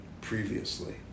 previously